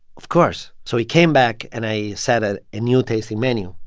of course. so he came back, and i set a ah new tasting menu,